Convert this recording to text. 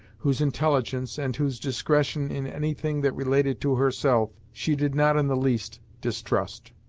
whose intelligence, and whose discretion in any thing that related to herself, she did not in the least distrust.